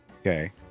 Okay